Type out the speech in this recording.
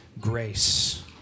grace